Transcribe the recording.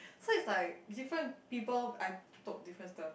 so is like different people I talk different stuff